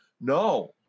no